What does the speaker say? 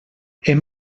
hem